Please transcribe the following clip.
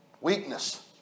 Weakness